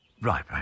Right